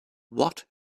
what